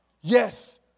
Yes